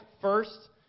first